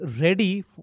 ready